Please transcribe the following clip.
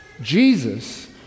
Jesus